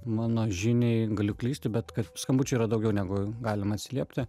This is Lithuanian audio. mano žiniai galiu klysti bet kad skambučių yra daugiau negu galima atsiliepti